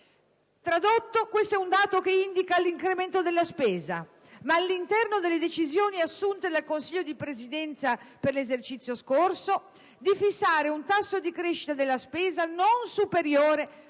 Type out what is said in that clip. del 2007. Tale dato indica l'incremento della spesa, ma all'interno delle decisioni assunte dal Consiglio di Presidenza per l'esercizio scorso di fissare un tasso di crescita della spesa non superiore